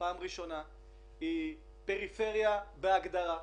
היא פריפריה בהגדרה,